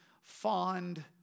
fond